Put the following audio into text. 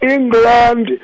England